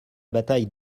bataille